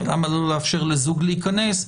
ולמה לא לאפשר לזוג להיכנס?